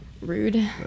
rude